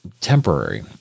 temporary